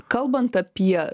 kalbant apie